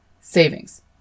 savings